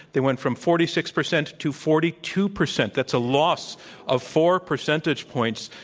they went from forty six percent to forty two percent. that's a loss of four percentage points.